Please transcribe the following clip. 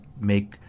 make